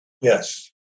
Yes